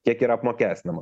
kiek yra apmokestinama